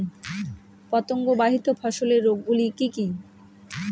পতঙ্গবাহিত ফসলের রোগ গুলি কি কি?